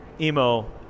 Emo